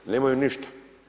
Nemaju ništa.